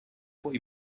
poi